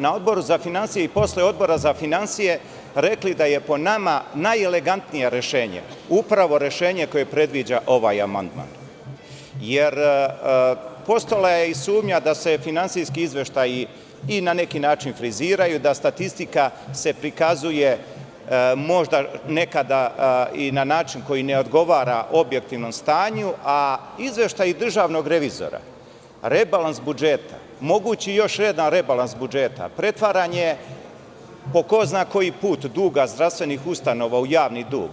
Na Odboru za finansije i posle Odbora za finansije smo rekli da je po nama najelegantnije rešenje rešenje koje predviđa ovaj amandman, jer postojala je sumnja da se finansijski izveštaji na neki način friziraju, da se statistika prikazuje možda nekada i na način na koji ne odgovara objektivnom stanju, a izveštaji državnog revizora, rebalans budžeta, mogući još jedan rebalans budžeta, pretvaranje po ko zna koji put duga zdravstvenih ustanova u javni dug,